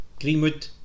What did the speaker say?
Greenwood